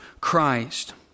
Christ